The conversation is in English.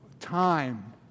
time